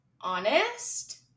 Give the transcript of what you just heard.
honest